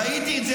ראיתי את זה.